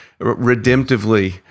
redemptively